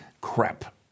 Crap